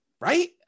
Right